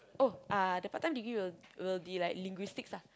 oh uh the part-time degree will will be like linguistics ah